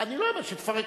אני לא אומר שהיא תפרק.